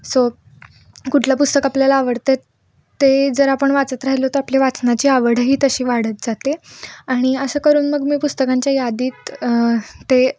so कुठलं पुस्तक आपल्याला आवडतं ते जर आपण वाचत राहिलो तर आपली वाचनाची आवडही तशी वाढत जाते आणि असं करून मग मी पुस्तकांच्या यादीत ते